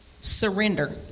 surrender